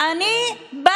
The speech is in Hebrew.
אני אין לי סבלנות?